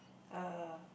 a